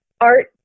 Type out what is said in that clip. art